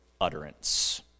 utterance